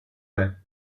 wept